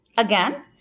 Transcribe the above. again,